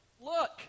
Look